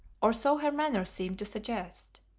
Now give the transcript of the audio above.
or so her manner seemed to suggest.